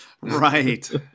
Right